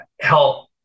help